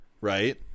Right